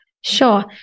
Sure